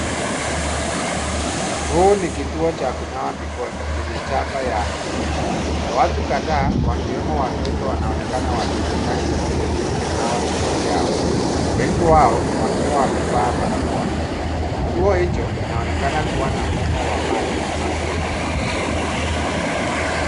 Huu ni kituo cha kunawa mikono chenye chapa ya green . Watu kadhaa wakiwemo watoto wanaonekana wakitumia kituo hicho kunawa mikono yao, wengi wao wakiwa wamevaa barakoa. Kituo hicho kinaonekana kuwa na mfumo wa maji na sabuni.